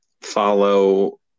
Follow